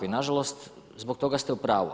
I nažalost zbog toga ste u pravu.